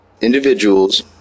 individuals